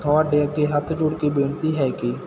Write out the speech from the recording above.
ਤੁਹਾਡੇ ਅੱਗੇ ਹੱਥ ਜੋੜ ਕੇ ਬੇਨਤੀ ਹੈ ਕਿ